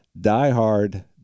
diehard